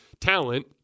talent